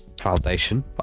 foundation